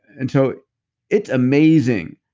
and so it's amazing.